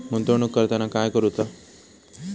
गुंतवणूक करताना काय करुचा?